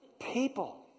people